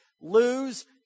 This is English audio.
lose